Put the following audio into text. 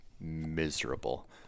miserable